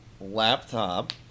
laptop